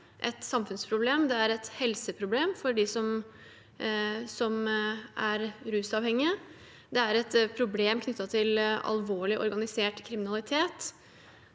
et samfunnsproblem. Det er et helseproblem for de som er rusavhengig. Det er et problem knyttet til alvorlig organisert kriminalitet,